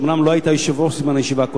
אומנם לא היית היושב-ראש קודם בזמן הישיבה,